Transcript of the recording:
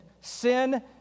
Sin